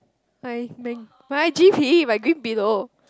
my my my G_P my green pillow